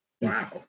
Wow